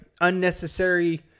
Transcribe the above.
unnecessary